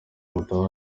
moto